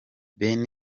ben